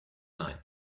night